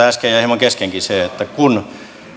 äsken jäi hieman keskenkin se että kun